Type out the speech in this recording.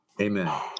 amen